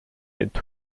into